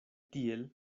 tiel